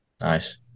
Nice